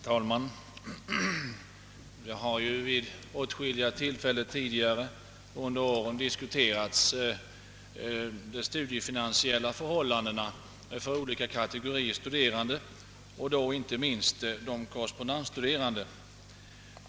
Herr talman! Vid åtskilliga tillfällen har vi tidigare under åren diskuterat de studiefinansiella förhållandena för olika kategorier studerande, inte minst de korrespondensstuderande.